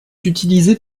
utilisée